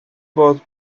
was